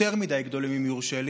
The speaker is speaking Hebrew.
יותר מדי גדולים, אם יורשה לי,